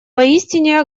поистине